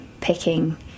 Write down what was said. picking